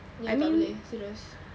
ya tak boleh serious